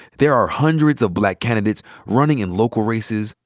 there are hundreds of black candidates running in local races,